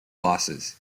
losses